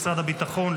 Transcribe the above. משרד הביטחון,